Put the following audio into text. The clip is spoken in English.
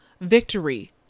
victory